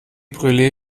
brule